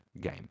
game